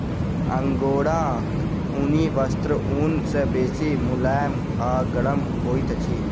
अंगोराक ऊनी वस्त्र ऊन सॅ बेसी मुलैम आ गरम होइत अछि